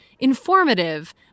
informative